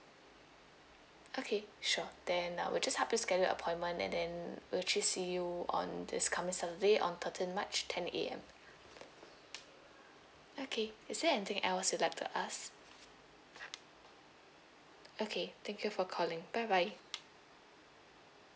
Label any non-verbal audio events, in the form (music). okay sure then I'll just help you schedule appointment and then we'll actually see you on this coming saturday on thirteen march ten A_M (breath) okay is there anything else you'll like to ask okay thank you for calling bye bye